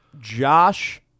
Josh